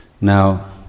Now